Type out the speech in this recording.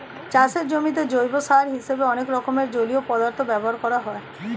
চাষের জমিতে জৈব সার হিসেবে অনেক রকম জলীয় পদার্থ ব্যবহার করা হয়